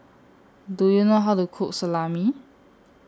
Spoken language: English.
Do YOU know How to Cook Salami